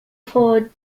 for